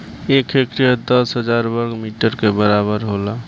एक हेक्टेयर दस हजार वर्ग मीटर के बराबर होला